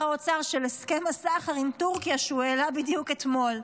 האוצר של הסכם הסחר עם טורקיה שהוא העלה בדיוק אתמול,